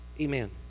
Amen